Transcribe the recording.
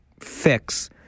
fix